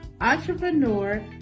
entrepreneur